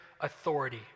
authority